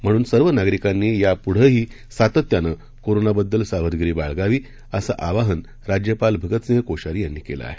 म्हणून सर्व नागरिकांनी यापुढंही सातत्यानं कोरोनाबद्दल सावधगिरी बाळगावी असं आवाहन राज्यपाल भगतसिंह कोश्यारी यांनी केलं आहे